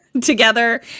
Together